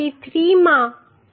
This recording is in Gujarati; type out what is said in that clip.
43 માં 285